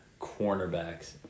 cornerbacks